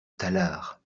tallard